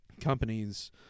companies